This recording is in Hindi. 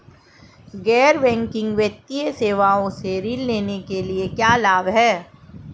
गैर बैंकिंग वित्तीय सेवाओं से ऋण लेने के क्या लाभ हैं?